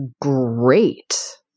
great